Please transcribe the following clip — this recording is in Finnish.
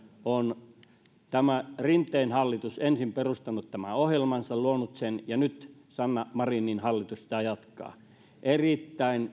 on rinteen hallitus ensin perustanut ja luonut ohjelmansa ja nyt sanna marinin hallitus sitä jatkaa erittäin